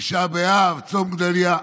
תשעה באב וצום גדליה.